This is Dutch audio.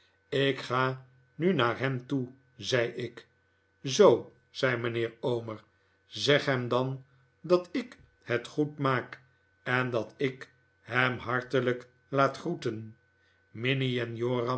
ik ga nu naar hem toe zei ik zoo zei mijnheer omer zeg hem dan dat ik het goed maak en dat ik hem hartelijk laat groeteri minnie en joram